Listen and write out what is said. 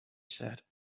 said